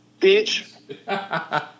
bitch